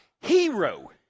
hero